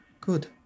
good